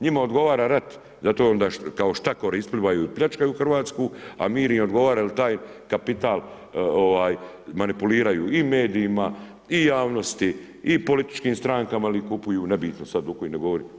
Njima odgovara rat, zato onda kao štakori isplivaju i pljačkaju Hrvatsku, a mir im odgovara jer taj kapital ovaj, manipuliraju i medijima i javnosti i političkim strankama ili kupuju, nebitno sad o kojima govorim.